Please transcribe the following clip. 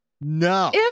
No